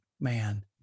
man